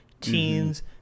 teens